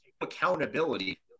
accountability